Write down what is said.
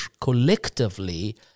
collectively